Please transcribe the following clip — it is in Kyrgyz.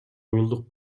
уюлдук